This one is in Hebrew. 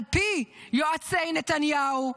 על פי יועצי נתניהו,